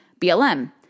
BLM